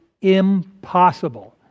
impossible